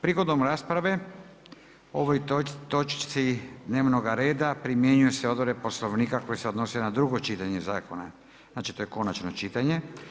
Prigodom rasprave o ovoj točci dnevnoga reda primjenjuju se odredbe Poslovnika koje se odnose na drugo čitanje zakona, znači to je konačno čitanje.